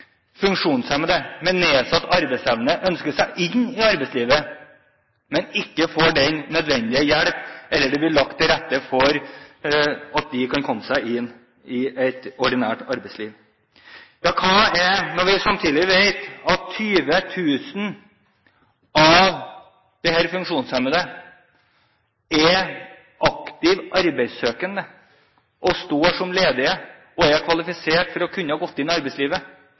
funksjonshemmede med nedsatt arbeidsevne ønsker seg inn i arbeidslivet, men ikke får den nødvendige hjelp eller tilrettelegging for at de skal komme seg inn i et ordinært arbeidsliv? Vi vet samtidig at 20 000 av de funksjonshemmede er aktivt arbeidssøkende, de står som ledige og er kvalifisert for å kunne gå inn i arbeidslivet,